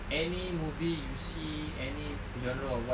any movie you see any genre or what